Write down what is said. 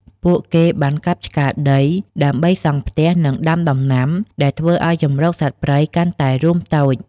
ពួកគេបានកាប់ឆ្ការដីដើម្បីសង់ផ្ទះ និងដាំដំណាំ ដែលធ្វើឱ្យជម្រកសត្វព្រៃកាន់តែរួមតូច។